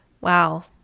Wow